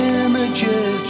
images